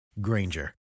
Granger